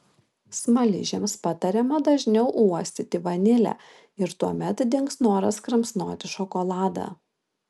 smaližiams patariama dažniau uostyti vanilę ir tuomet dings noras kramsnoti šokoladą